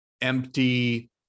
Empty